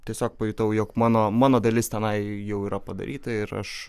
tiesiog pajutau jog mano mano dalis tenai jau yra padaryta ir aš